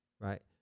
Right